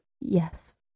yes